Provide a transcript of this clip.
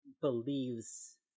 believes